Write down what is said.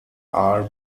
are